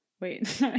Wait